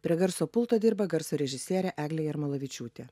prie garso pulto dirba garso režisierė eglė jarmolavičiūtė